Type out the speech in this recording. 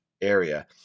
area